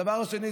הדבר השני,